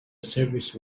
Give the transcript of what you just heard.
service